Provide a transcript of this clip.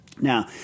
Now